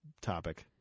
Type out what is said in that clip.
topic